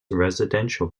residential